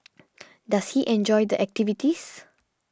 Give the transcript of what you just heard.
does he enjoy the activities